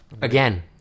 Again